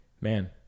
man